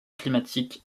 climatiques